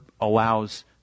allows